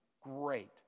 great